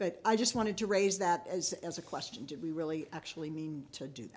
but i just wanted to raise that as as a question did we really actually mean to do